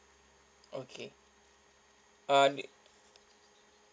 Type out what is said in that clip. okay uh